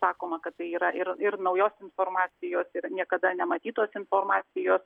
sakoma kad tai yra ir ir naujos informacijos ir niekada nematytos informacijos